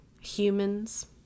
humans